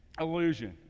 illusion